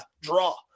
draw